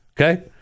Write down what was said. Okay